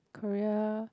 Korea